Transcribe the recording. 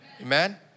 Amen